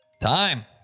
Time